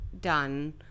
done